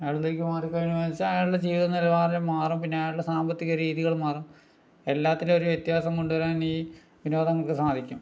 അയാളിതിലേക്ക് മാറി കഴിഞ്ഞു വച്ചാൽ അയാളുടെ ജീവിതനിലവാരം മാറും പിന്നെ അയാൾടെ സാമ്പത്തിക രീതികൾ മാറും എല്ലാത്തിലും ഒരു വ്യത്യാസം കൊണ്ടുവരാൻ ഈ വിനോദങ്ങൾക്ക് സാധിക്കും